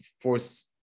force